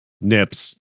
Nips